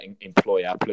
employer